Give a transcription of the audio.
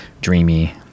dreamy